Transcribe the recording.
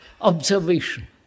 observation